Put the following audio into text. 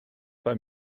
pas